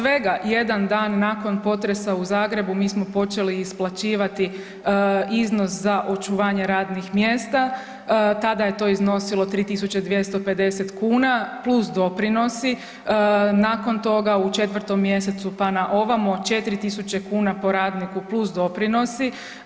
Svega jedan dan nakon potresa u Zagrebu mi smo počeli isplaćivati iznos za očuvanje radnih mjesta, tada je to iznosilo 3.250 kuna plus doprinosi, nakon toga u 4. mjesecu pa na ovamo 4.000 kuna po radniku plus doprinosi.